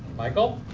michael?